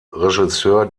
regisseur